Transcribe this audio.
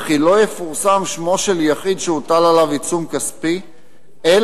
וכי לא יפורסם שמו של יחיד שהוטל עליו עיצום כספי אלא